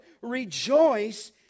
rejoice